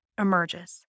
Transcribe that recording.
emerges